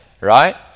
right